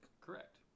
Correct